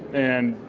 and,